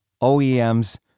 OEMs